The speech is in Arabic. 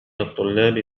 الطلاب